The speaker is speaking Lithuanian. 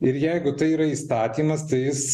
ir jeigu tai yra įstatymas tai jis